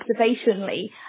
observationally